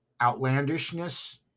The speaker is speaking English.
outlandishness